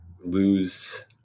lose